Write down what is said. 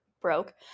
broke